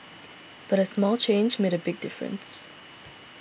but a small change made a big difference